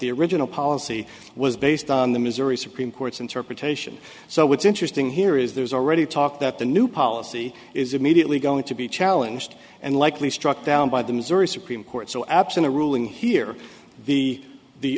the original policy was based on the missouri supreme court's interpretation so what's interesting here is there's already talk that the new policy is immediately going to be challenged and likely struck down by the missouri supreme court so absent a ruling here the the